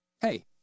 Hey